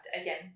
again